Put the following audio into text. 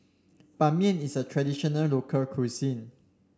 Ban Mian is a traditional local cuisine